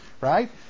right